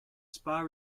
spa